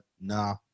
nah